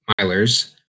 milers